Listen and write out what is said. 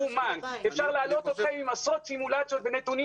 אפשר להלאות אתכם עם עשרות סימולציות ונתונים